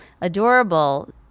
adorable